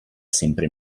sempre